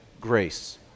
grace